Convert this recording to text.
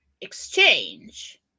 exchange